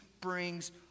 brings